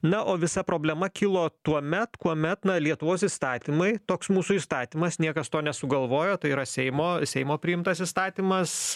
na o visa problema kilo tuomet kuomet na lietuvos įstatymai toks mūsų įstatymas niekas to nesugalvojo tai yra seimo seimo priimtas įstatymas